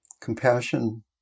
Compassion